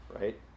right